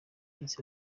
miss